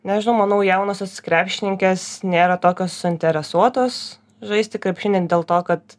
nežinau manau jaunosios krepšininkės nėra tokios suinteresuotos žaisti krepšinį dėl to kad